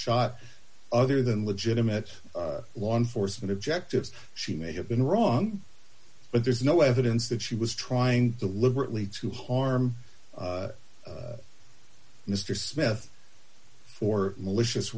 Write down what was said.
shot other than legitimate law enforcement objectives she may have been wrong but there's no evidence that she was trying to liberally to harm mister smith for malicious